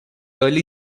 early